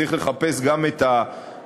צריך לחפש גם את התוכן.